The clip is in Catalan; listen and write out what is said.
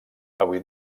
avui